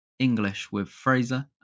englishwithfraser